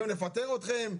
גם נפטר אתכם,